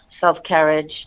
self-carriage